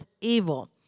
evil